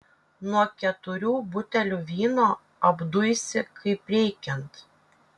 nuo keturių butelių vyno apduisi kaip reikiant